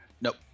nope